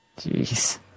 Jeez